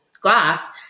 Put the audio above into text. glass